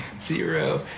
zero